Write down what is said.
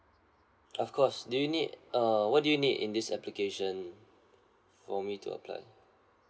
of course do you need uh what do you need in this application for me to apply